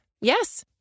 Yes